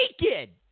naked